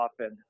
often